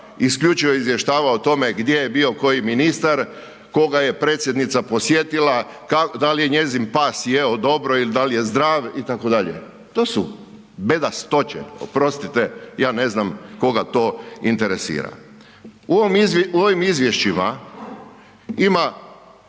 isključivo izvještava o tome gdje je bio koji ministar, koga je Predsjednica posjetila, da li je njezin pas jeo dobro i da li je zdrav itd. To su bedastoće, oprostite ja ne znam koga to interesira. U ovim izvješćima ima